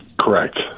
Correct